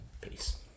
Peace